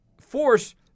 force